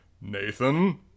Nathan